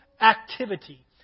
activity